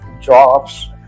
jobs